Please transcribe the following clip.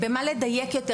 במה לדייק יותר?